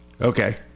Okay